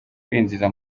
kwinjira